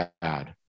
bad